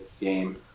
game